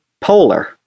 polar